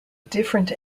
different